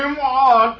and la